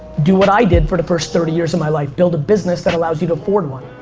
do what i did for the first thirty years of my life. build a business that allows you to afford one.